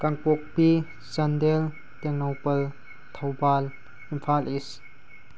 ꯀꯥꯡꯄꯣꯛꯄꯤ Chandel Tengnoupal Thoubal Imphal ꯏꯁ